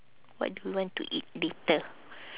what do you want to eat later